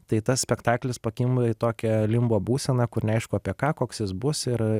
tai tas spektaklis pakimba į tokią limbo būseną kur neaišku apie ką koks jis bus ir